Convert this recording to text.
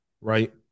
right